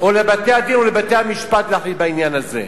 או לבתי-הדין, או לבתי-המשפט, להחליט בעניין הזה.